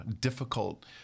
difficult